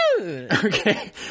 Okay